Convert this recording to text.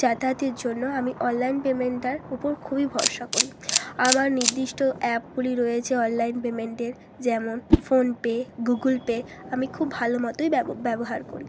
যাতায়াতের জন্য আমি অনলাইন পেমেন্টটার উপর খুবই ভরসা করি আমার নির্দিষ্ট অ্যাপগুলি রয়েছে অনলাইন পেমেন্টের যেমন ফোনপে গুগুল পে আমি খুব ভালো মতোই ব্যবহার করি